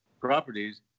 properties